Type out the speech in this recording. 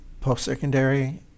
post-secondary